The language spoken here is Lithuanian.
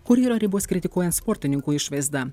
kur yra ribos kritikuojant sportininkų išvaizdą